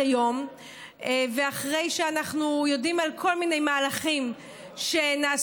היום ואחרי שאנחנו יודעים על כל מיני מהלכים שנעשו